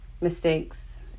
mistakes